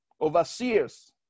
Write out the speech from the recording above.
overseers